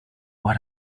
what